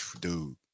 Dude